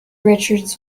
richards